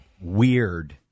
weird